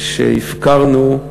והפקרנו,